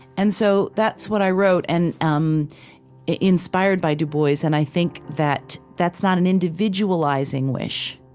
and so that's what i wrote, and um inspired by du bois, and i think that that's not an individualizing wish.